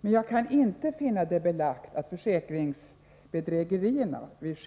Men jag kan inte finna det belagt att försäkringsbedrägerierna vid